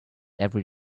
every